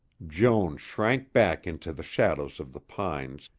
joan shrank back into the shadows of the pines,